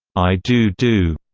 i do do.